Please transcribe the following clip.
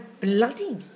bloody